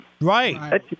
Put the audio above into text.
Right